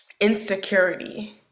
insecurity